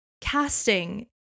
casting